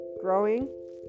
growing